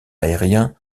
aérien